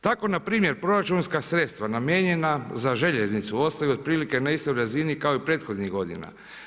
Tako npr. proračunska sredstva namijenjena za željeznicu ostaju otprilike na istoj razini kao i prethodnih godina.